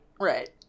Right